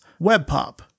WebPop